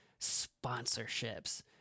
sponsorships